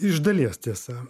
iš dalies tiesa